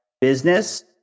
business